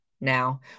now